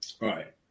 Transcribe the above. right